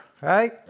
right